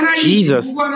Jesus